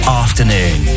afternoon